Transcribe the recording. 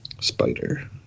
spider